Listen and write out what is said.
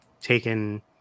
taken